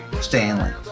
Stanley